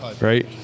Right